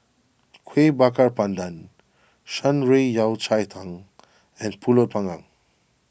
Kueh Bakar Pandan Shan Rui Yao Cai Tang and Pulut Panggang